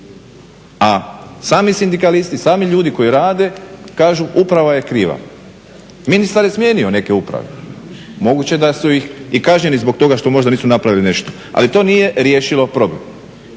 A sami sindikalisti, sami ljudi koji rade kažu uprava je kriva. Ministar je smijenio neke uprave, moguće da su i kažnjeni zbog toga što možda nisu napravili nešto ali to nije riješilo problem.